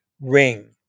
ring